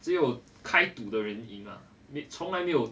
只有开赌的人赢啊从来没有